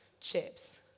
chips